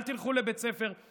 אל תלכו לבית הספר.